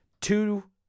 two